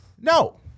No